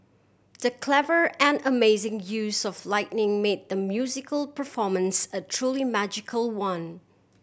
the clever and amazing use of lighting made the musical performance a truly magical one